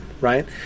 right